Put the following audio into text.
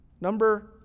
Number